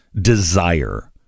desire